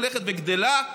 הולכת וגדלה,